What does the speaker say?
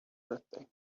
birthday